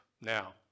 Now